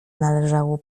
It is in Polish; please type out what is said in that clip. należało